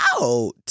out